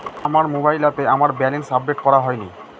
আমার মোবাইল অ্যাপে আমার ব্যালেন্স আপডেট করা হয়নি